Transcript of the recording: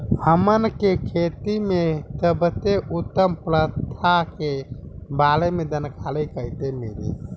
हमन के खेती में सबसे उत्तम प्रथा के बारे में जानकारी कैसे मिली?